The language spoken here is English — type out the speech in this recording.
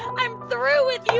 i'm through with